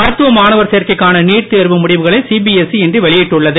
மருத்துவ மாணவர் சேர்க்கைகான நீட் தேர்வு முடிவுகளை சிபிஎஸ்இ இன்று வெளியிட்டுள்ளது